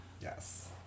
Yes